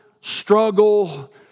struggle